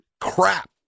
crap